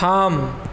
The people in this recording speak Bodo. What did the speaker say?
थाम